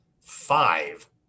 five